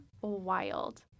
wild